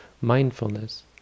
mindfulness